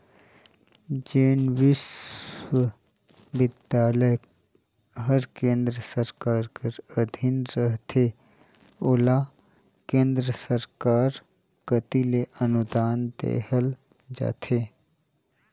जेन बिस्वबिद्यालय हर केन्द्र सरकार कर अधीन रहथे ओला केन्द्र सरकार कती ले अनुदान देहल जाथे